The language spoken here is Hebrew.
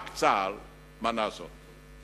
רק צה"ל מנע זאת.